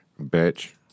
bitch